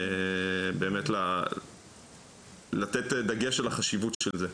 באמת לתת דגש על החשיבות של זה.